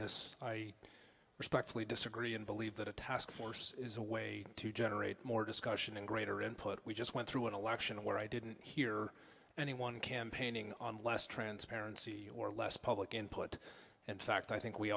this i respectfully disagree and believe that a task force is a way to generate more discussion and greater input we just went through an election where i didn't hear anyone campaigning on last transparency or less public input and fact i think we